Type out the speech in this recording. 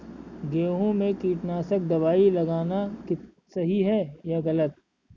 गेहूँ में कीटनाशक दबाई लगाना सही है या गलत?